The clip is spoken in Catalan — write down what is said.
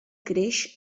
creix